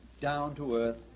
down-to-earth